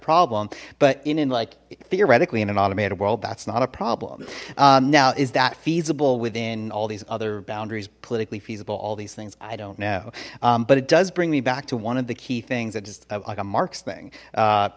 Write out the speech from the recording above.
problem but in in like theoretically in an automated world that's not a problem now is that feasible within all these other boundaries politically feasible all these things i don't know but it does bring me back to one of the key things that just like a marx thing